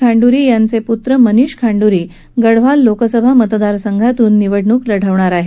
खंडुरी यांचे पुत्र मनीष खंडुरी गढवाल लोकसभा मतदारसंघातून लढणार आहेत